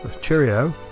Cheerio